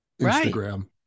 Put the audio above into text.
Instagram